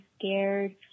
scared